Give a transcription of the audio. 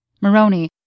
Maroney